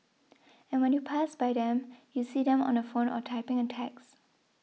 and when you pass by them you see them on the phone or typing a text